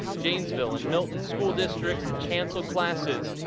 janesville and milton school districts canceled classes,